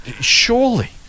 Surely